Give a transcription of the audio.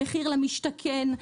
למחיר למשתכן,